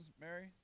Mary